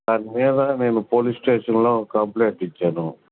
దాని మీద నేను పోలీస్ స్టేషన్లో కంప్లెయింట్ ఇచ్చాను